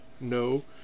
no